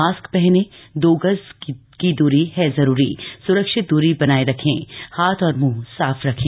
mask पहनें दो गज की दूरी है जरूरी सुरक्षित दूरी बनाए रखें हाथ और मूंह साफ रखें